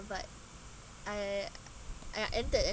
but I I entered and